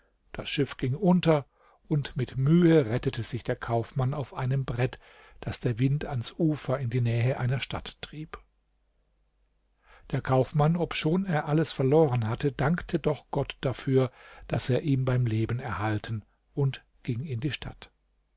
das schiff ging unter und mit mühe rettete sich der kaufmann auf einem brett das der wind ans ufer in die nähe einer stadt trieb der kaufmann obschon er alles verloren hatte dankte doch gott dafür daß er ihm beim leben erhalten und ging in die stadt